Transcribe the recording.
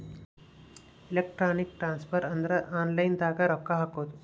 electronic transfer ಅಂದ್ರ online ದಾಗ ರೊಕ್ಕ ಹಾಕೋದು